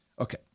Okay